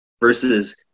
versus